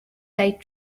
date